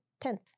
tenth